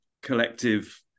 collective